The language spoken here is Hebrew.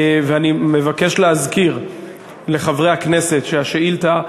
אני מבקש להזכיר לחברי הכנסת שהשאילתה,